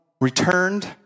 returned